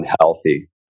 unhealthy